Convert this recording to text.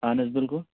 اہن حظ بِلکُل